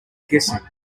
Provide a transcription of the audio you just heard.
kissing